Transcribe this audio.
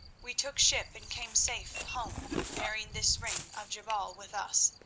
we took ship and came safe home, bearing this ring of jebal with us,